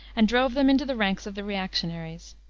and drove them into the ranks of the reactionaries.